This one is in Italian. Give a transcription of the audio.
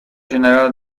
generale